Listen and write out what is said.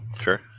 Sure